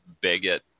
bigot